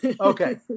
Okay